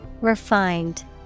Refined